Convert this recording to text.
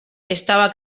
estaba